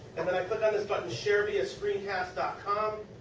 and then i click on this button share via screencast dot com